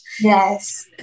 Yes